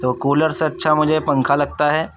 تو کولر سے اچھا مجھے پنکھا لگتا ہے